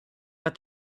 but